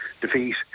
defeat